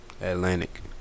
Atlantic